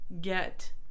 get